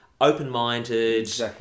open-minded